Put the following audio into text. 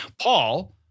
Paul